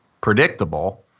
predictable